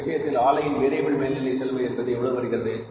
இந்த விஷயத்தில் ஆலையின் வேரியபில் மேல் நிலை செலவு என்பது எவ்வளவு வருகிறது